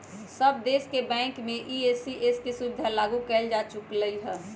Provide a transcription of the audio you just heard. सब देश के बैंक में ई.सी.एस के सुविधा लागू कएल जा चुकलई ह